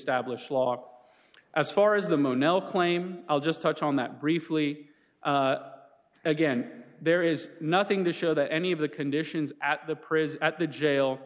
established law as far as the mo nel claim i'll just touch on that briefly again there is nothing to show that any of the conditions at the prison at the jail